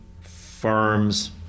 firms